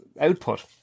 output